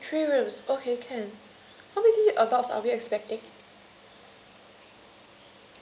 uh three rooms okay can how many adults are we expecting